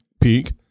peak